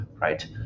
Right